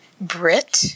Brit